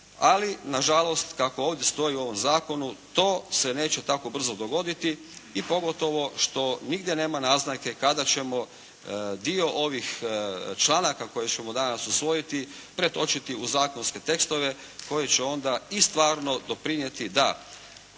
Ali nažalost kako ovdje stoji u ovom Zakonu to se neće tako brzo dogoditi i pogotovo što nigdje nema naznake kada ćemo dio ovih članaka koje ćemo danas usvojiti pretočiti u zakonske tekstove koji će onda i stvarno doprinijeti da